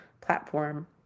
platform